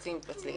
מתפצלים ומתפצלים,